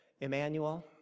Emmanuel